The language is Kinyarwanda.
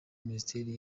minisiteri